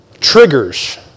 Triggers